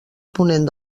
ponent